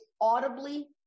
audibly